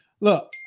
look